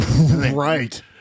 right